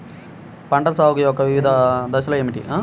పంటల సాగు యొక్క వివిధ దశలు ఏమిటి?